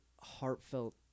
heartfelt